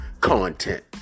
content